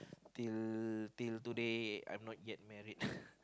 till till today I'm not yet married